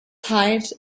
height